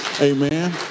Amen